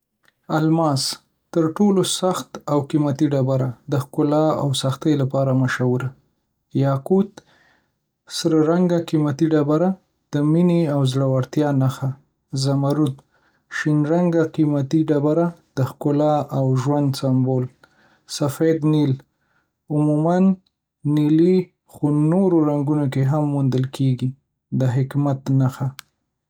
الماس تر ټولو سخت او قیمتي ډبره، د ښکلا او سختۍ لپاره مشهوره. یاقوت, سره رنګه قیمتي ډبره، د مینې او زړورتیا نښه. زمرد شین رنګه قیمتي ډبره، د ښکلا او ژوند سمبول. سفید نیل, عموماً نیلي خو نورو رنګونو کې هم موندل کېږي، د حکمت نښه